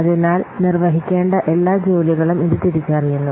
അതിനാൽ നിർവഹിക്കേണ്ട എല്ലാ ജോലികളും ഇത് തിരിച്ചറിയുന്നു